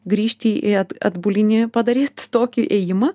grįžti į atbulinį padaryt tokį ėjimą